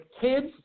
kids